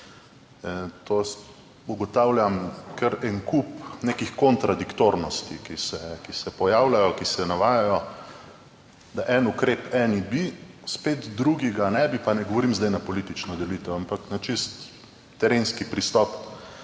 Ugotavljam, kar en kup nekih kontradiktornosti, ki se pojavljajo, ki se navajajo, da en ukrep, eni bi, spet drugi ga ne bi, pa ne govorim zdaj na politično delitev, ampak na čisto terenski pristop.